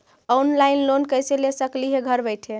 Online loan कैसे ले सकली हे घर बैठे?